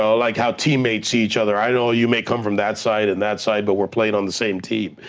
ah like how teammates see each other. i know you may come from that side and that side, but we're playing on the same team,